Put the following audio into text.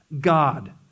God